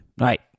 right